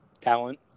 talent